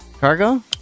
cargo